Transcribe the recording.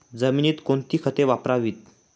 जमिनीत कोणती खते वापरावीत?